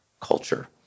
culture